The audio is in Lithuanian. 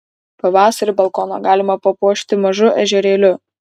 pavasarį balkoną galima papuošti mažu ežerėliu